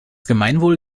gemeinwohl